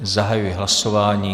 Zahajuji hlasování.